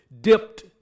dipped